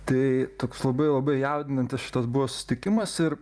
tai toks labai labai jaudinantis šitas buvo susitikimas ir